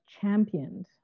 championed